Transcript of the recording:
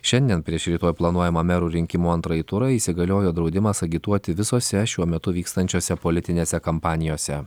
šiandien prieš rytoj planuojamą merų rinkimų antrąjį turą įsigaliojo draudimas agituoti visose šiuo metu vykstančiose politinėse kampanijose